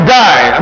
die